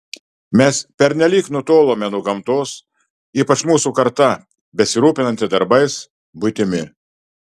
mes pernelyg nutolome nuo gamtos ypač mūsų karta besirūpinanti darbais buitimi